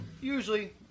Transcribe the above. Usually